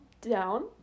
down